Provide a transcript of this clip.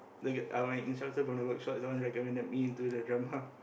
the g~ uh my instructor from the workshop is the one recommended me into the drama